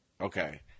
Okay